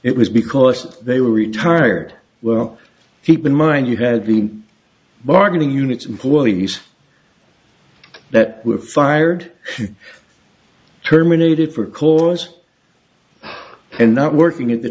it was because they were retired well keep in mind you had been bargaining units employees that were fired terminated for cause and not working at the